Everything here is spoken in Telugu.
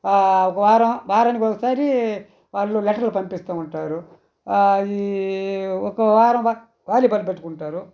ఒక వారం వారానికి ఒకసారి వాళ్ళు లెటర్లు పంపిస్తూ ఉంటారు ఈ ఒక వారం వాలీబాల్ పెట్టుకుంటారు